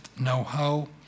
Know-How